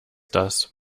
das